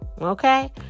Okay